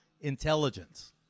intelligence